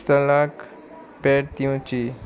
ट्रलाक पेड दिवची